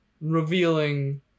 revealing